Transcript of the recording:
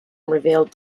revealed